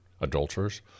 adulterers